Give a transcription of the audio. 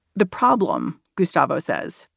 the problem, gustavo says,